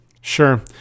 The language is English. Sure